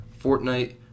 Fortnite